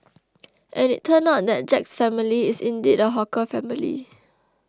and it turned out that Jack's family is indeed a hawker family